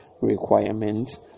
requirements